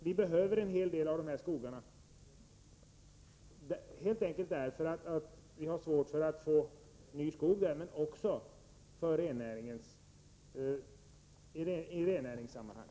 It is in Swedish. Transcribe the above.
Vi behöver en hel del av dessa skogar, helt enkelt därför att vi har svårt att få ny skog där — men också för rennäringens skull.